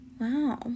Wow